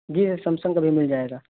جی یہ سیمسنگ کا بھی مل جائے گا